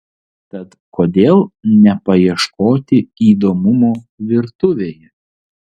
tad kodėl nepaieškoti įdomumo virtuvėje